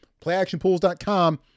Playactionpools.com